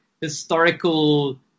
historical